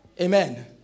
Amen